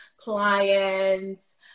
clients